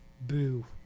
Boo